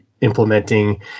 implementing